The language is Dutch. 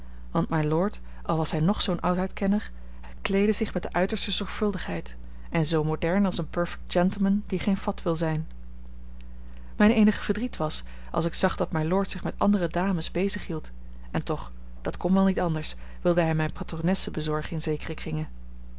want mylord al was hij nog zoo'n oudheidkenner kleedde zich met de uiterste zorgvuldigheid en zoo modern als een perfect gentleman die geen fat wil zijn mijn eenig verdriet was als ik zag dat mylord zich met andere dames bezighield en toch dat kon wel niet anders wilde hij mij patronessen bezorgen in zekere kringen